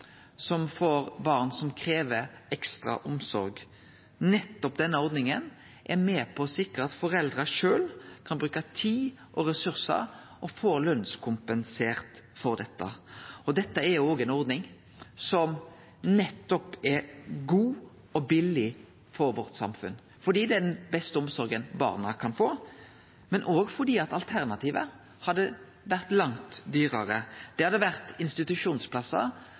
som får barn som krev ekstra omsorg. Nettopp denne ordninga er med på å sikre at foreldra sjølve kan bruke tid og ressursar og får lønskompensert for dette. Dette er òg ei ordning som er god og billig for samfunnet vårt, fordi det er den beste omsorga barna kan få, men òg fordi alternativet hadde vore langt dyrare. Det hadde vore institusjonsplassar